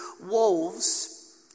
wolves